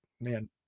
man